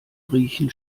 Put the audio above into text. riechen